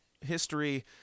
history